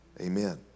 Amen